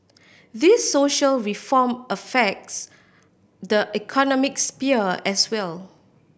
these social reform affects the economic sphere as well